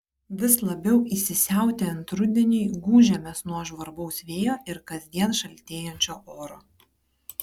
vis labiau įsisiautėjant rudeniui gūžiamės nuo žvarbaus vėjo ir kasdien šaltėjančio oro